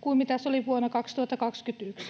kuin mitä se oli vuonna 2021.